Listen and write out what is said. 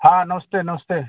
हाँ नमस्ते नमस्ते